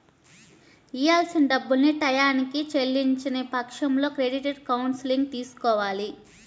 ఇయ్యాల్సిన డబ్బుల్ని టైయ్యానికి చెల్లించని పక్షంలో క్రెడిట్ కౌన్సిలింగ్ తీసుకోవాలి